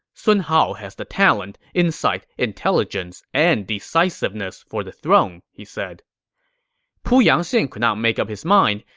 sun hao has the talent, insight, intelligence, and decisiveness for the throne, he said pu yangxing could not make up his mind,